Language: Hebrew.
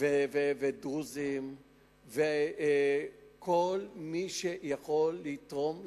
ודרוזים וכל מי שיכול לתרום למדינה.